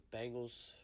Bengals